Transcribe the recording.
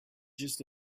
just